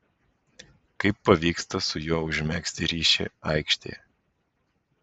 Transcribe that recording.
kaip pavyksta su juo užmegzti ryšį aikštėje